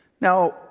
Now